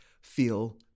feel